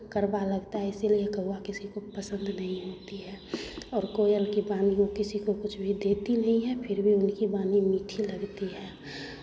करवा लगता है इसीलिए कौवा किसीको पसंद नहीं होती है और कोयल की वाणी किसीको कुछ भी देती नहीं है फिर भी उनकी वाणी मीठी लगती है